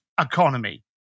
economy